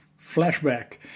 flashback